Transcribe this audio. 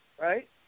right